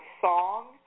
song